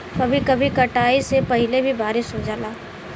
कभी कभी कटाई से पहिले भी बारिस हो जाला